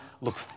look